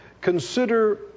consider